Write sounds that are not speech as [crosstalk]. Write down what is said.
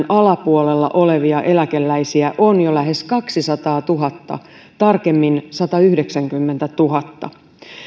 [unintelligible] alapuolella olevia eläkeläisiä on jo lähes kaksisataatuhatta tarkemmin satayhdeksänkymmentätuhatta